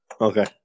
Okay